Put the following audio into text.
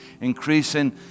increasing